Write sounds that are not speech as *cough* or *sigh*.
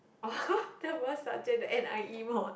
*laughs* the worst subject the n_i_e mod